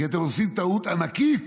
כי אתם עושים טעות ענקית,